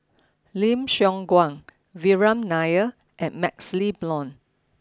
Lim Siong Guan Vikram Nair and Maxle Blond